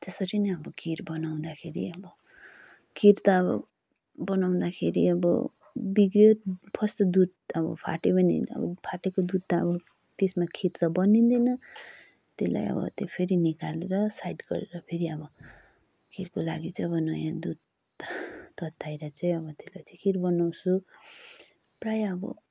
त्यसरी नै अब खिर बनाउँदाखेरि अब खिर त अब बनाउँदाखेरि अब बिग्रियो फर्स्ट त दुध अब फाट्यो भने त अब फाटेको दुध त अब त्यसमा खिर त बनिँदैन त्यसलाई अब त्यो फेरि निकालेर साइड गरेर फेरि अब खिरको लागि चाहिँ अब नयाँ दुध तताएर चाहिँ अब त्यसलाई चाहिँ खिर बनाउँछु प्रायः अब